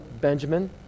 Benjamin